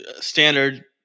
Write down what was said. standard